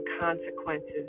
consequences